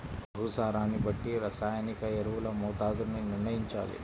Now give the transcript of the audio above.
భూసారాన్ని బట్టి రసాయనిక ఎరువుల మోతాదుని నిర్ణయంచాలి